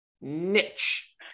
Niche